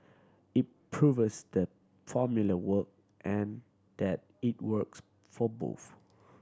it proves that formula work and that it works for both